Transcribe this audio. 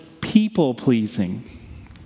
people-pleasing